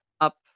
up